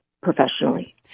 professionally